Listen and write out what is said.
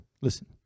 listen